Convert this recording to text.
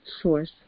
source